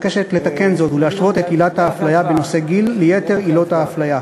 מבקשות לתקן זאת ולהשוות את עילת האפליה בנושא גיל ליתר עילות האפליה.